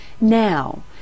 Now